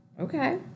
Okay